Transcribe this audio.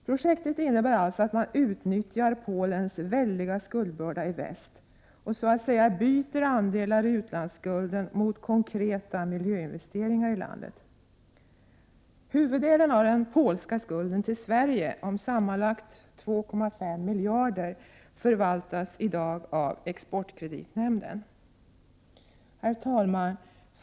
Projektet innebär alltså att man utnyttjar Polens väldiga skuldbörda i väst och så att säga byter andelar i utlandsskulden mot konkreta miljöinvesteringar i landet. Huvuddelen av den polska skulden till Sverige, om sammanlagt 2,5 miljarder, förvaltas i dag av exportkreditnämnden. Herr talman!